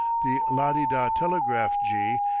the la-de-da telegraph-jee,